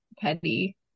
petty